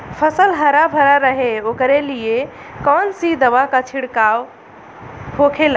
फसल हरा भरा रहे वोकरे लिए कौन सी दवा का छिड़काव होखेला?